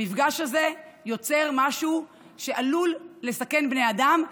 המפגש הזה יוצר משהו שעלול לסכן בני אדם.